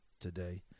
today